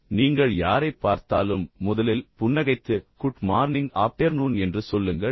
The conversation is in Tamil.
எனவே நீங்கள் யாரைப் பார்த்தாலும் முதலில் புன்னகைத்து குட் மார்னிங் ஆப்டெர்நூன் என்று சொல்லுங்கள்